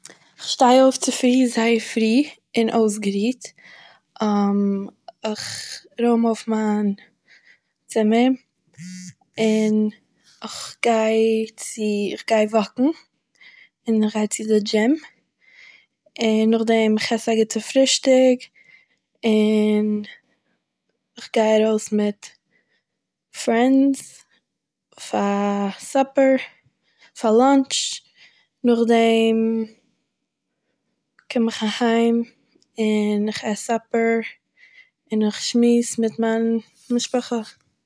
איך שטיי אויף צופרי זייער פרי און אויסגערוהט, איך ראם אויף מיין צימער און איך גיי צו- איך גיי וואקן, און איך גיי צו די דזשים, און נאכדעם איך עס א גוטע פרישטיג און, איך גיי ארויס מיט פרענדס פאר סאפער, פאר לאנטש נאכדעם קקום איך אהיים און איך עס סאפער און איך שמועס מיט מיין משפחה